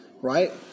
right